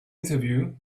interview